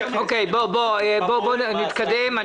בואו נתקדם.